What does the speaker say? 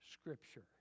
Scripture